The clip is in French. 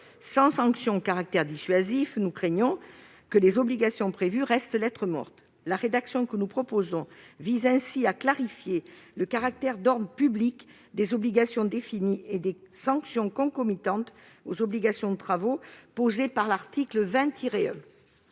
Sans sanction à caractère dissuasif, nous craignons que les obligations prévues ne restent lettre morte. La rédaction que nous proposons vise ainsi à clarifier le caractère d'ordre public des obligations définies et des sanctions concomitantes aux obligations de travaux, posées par l'article 20-1